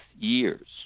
years